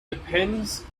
depends